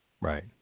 Right